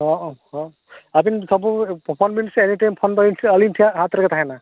ᱦᱮᱸ ᱦᱮᱸ ᱟᱹᱵᱤᱱ ᱯᱷᱳᱱ ᱵᱮᱱ ᱥᱮ ᱮᱱᱤᱴᱟᱭᱤᱢ ᱯᱷᱳᱱ ᱫᱚ ᱟᱹᱞᱤᱧ ᱴᱷᱮᱡ ᱟᱹᱞᱤᱧ ᱴᱷᱮᱭᱟᱜ ᱦᱟᱛ ᱨᱮᱜᱮ ᱛᱟᱦᱮᱱᱟ